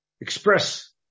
express